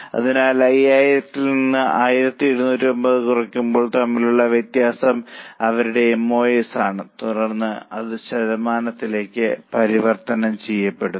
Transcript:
അതിനാൽ 5000 ത്തിൽ നിന്ന് 1750 കുറയ്ക്കുമ്പോൾ തമ്മിലുള്ള വ്യത്യാസം അവരുടെ എം ഓ എസ് ആണ് തുടർന്ന് അത് ശതമാനത്തിലേക്ക് പരിവർത്തനം ചെയ്യുക